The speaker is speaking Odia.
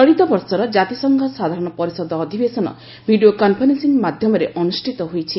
ଚଳିତବର୍ଷର ଜାତିସଂଘ ସାଧାରଣ ପରିଷଦ ଅଧିବେଶନ ଭିଡ଼ିଓ କନ୍ଫରେନ୍ସିଂ ମାଧ୍ୟମରେ ଅନୁଷ୍ଠିତ ହୋଇଛି